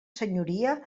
senyoria